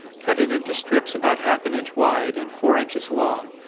cut it into strips about half an inch wide, and four inches long,